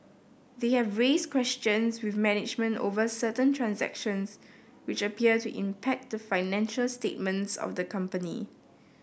they have raised questions with management over certain transactions which appear to impact the financial statements of the company